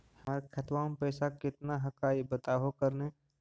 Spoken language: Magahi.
हमर खतवा में पैसा कितना हकाई बताहो करने?